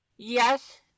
Yes